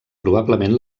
probablement